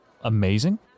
amazing